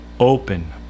open